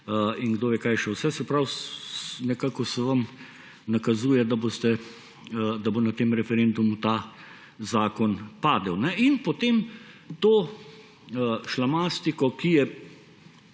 in kdo ve, kaj še vse. Se pravi, nekako se vam nakazuje, da bo na tem referendumu ta zakon padel. In potem to šlamastiko, ki je,